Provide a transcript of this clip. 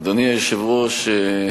אדוני היושב-ראש,